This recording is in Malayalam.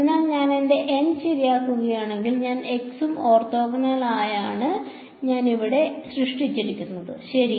അതിനാൽ ഞാൻ എന്റെ N ശരിയാക്കുകയാണെങ്കിൽ എല്ലാ x നും ഓർത്തോഗണലായാണ് ഞാൻ ഇത് ഇവിടെ സൃഷ്ടിച്ചിരിക്കുന്നത് ശരി